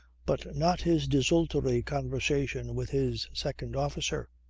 but not his desultory conversation with his second officer.